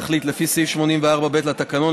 לפי סעיף 84(ב) לתקנון,